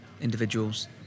individuals